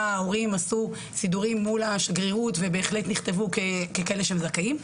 ההורים עשו סידורים מול השגרירות ובהחלט נכתבו ככאלה שהם זכאים,